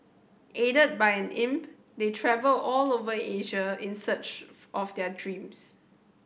aided by an imp they travel all over Asia in search of their dreams